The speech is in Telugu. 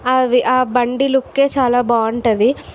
అవి ఆ బండి లుక్కె చాలా బాగుంటుంది